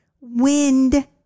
wind